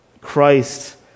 Christ